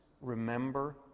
remember